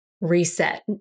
reset